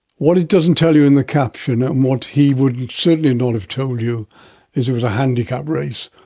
what it doesn't tell you in the caption and what he would certainly not have told you is it was a handicap race,